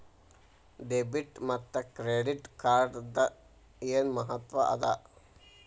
Debit ಮತ್ತ credit ಕಾರ್ಡದ್ ಏನ್ ಮಹತ್ವ ಅದ?